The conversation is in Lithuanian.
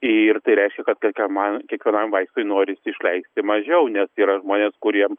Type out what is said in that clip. ir tai reiškia kad kiekvienam vaistui norisi išleisti mažiau nes yra žmonės kuriem